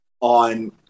on